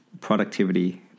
productivity